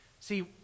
See